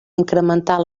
incrementar